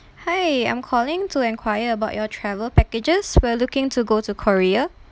hi I'm calling to enquire about your travel packages we're looking to go to korea